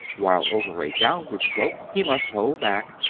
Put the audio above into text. while over a downward slope he must hold back,